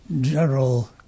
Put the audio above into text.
general